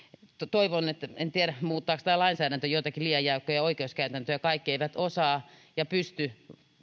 en tiedä muuttaako tämä lainsäädäntö jotenkin liian jäykkiä oikeuskäytäntöjä kaikki eivät osaa ja pysty